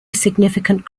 significant